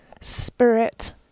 spirit